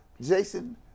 Jason